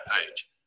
page